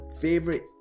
favorite